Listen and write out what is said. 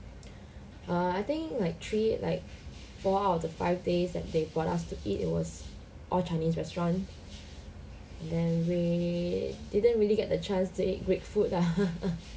ah I think like three like four out of the five days that they brought us to eat it was all chinese restaurant then we didn't really get the chance to eat greek food lah